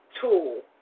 tool